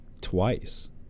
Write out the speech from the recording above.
twice